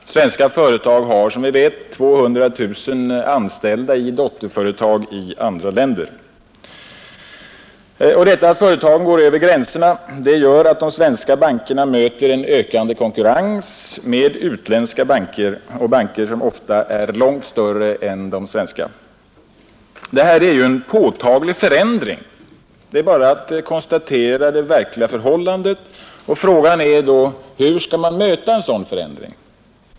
Svenska företag har över 200 000 anställda i utländska dotterföretag. Detta att företagen går över gränserna gör att de svenska bankerna möter en ökande konkurrens med utländska banker — ofta långt större än våra banker. Detta är en påtaglig förändring, och frågan är hur man skall möta den.